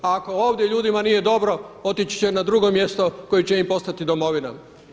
A ako ovdje ljudima nije dobro otići će na drugo mjesto koje će im postati domovinom.